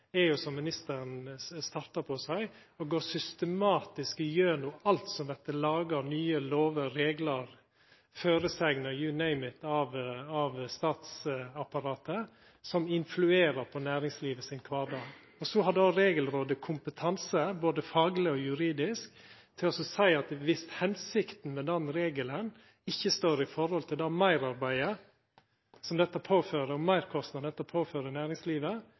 er jo, som ministeren starta på å seia, å gå systematisk igjennom alt som vert laga av nye lover, reglar, føresegner – you name it – av statsapparatet, som influerer på næringslivet sin kvardag. Regelrådet har kompetanse, både fagleg og juridisk, til å seia at viss hensikta med den regelen ikkje står i høve til meirarbeidet og meirkostnadane dette påfører næringslivet, kan dei senda det tilbake til regjeringa og